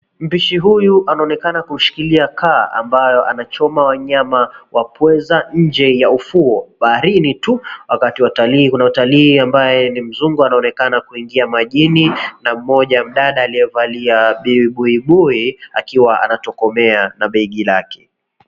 Mpishi huyu anaonekana kushikilia kaa ambayo anachoma wanyama wa pweza nje ya ufuo baharini tu wakati kuna watalii ambaye ni mzungu anaonekana kuingia majini na mmoja mdada aliyevalia buibui akiwa anatokomea na begi lake.